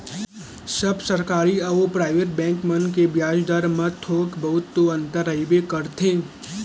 सब सरकारी अउ private bank मन के बियाज दर म थोक बहुत तो अंतर रहिबे करथे